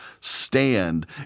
stand